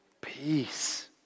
peace